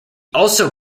also